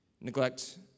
neglect